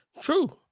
True